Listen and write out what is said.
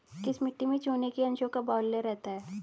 किस मिट्टी में चूने के अंशों का बाहुल्य रहता है?